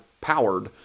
powered